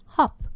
Hop